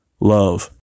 Love